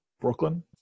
Brooklyn